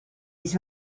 his